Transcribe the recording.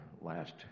last